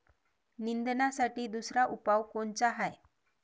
निंदनासाठी दुसरा उपाव कोनचा हाये?